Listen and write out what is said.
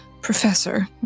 professor